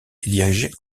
dirigée